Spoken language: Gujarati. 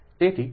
તેથી 0